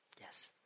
Yes